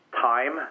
time